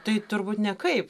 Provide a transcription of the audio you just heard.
tai turbūt ne kaip